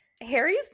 Harry's